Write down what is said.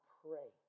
pray